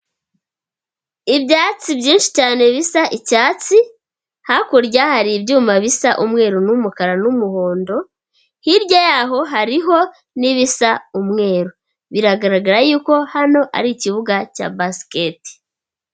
Ibyatsi byinshi cyane bisa icyatsi, hakurya hari ibyuma bisa umweru n'umukara n'umuhondo, hirya yaho hariho n'ibisa umweru. Biragaragara yuko hano ari ikibuga cya basiketi.